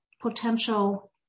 potential